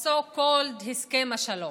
so called הסכם השלום.